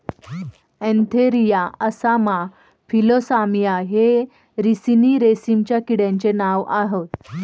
Antheraea असामा फिलोसामिया हे रिसिनी रेशीमच्या किड्यांचे नाव आह